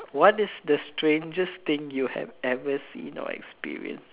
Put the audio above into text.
what is the strangest thing you have ever seen or experienced